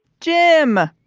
jim.